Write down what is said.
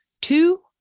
Two